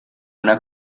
una